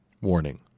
Warning